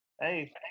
hey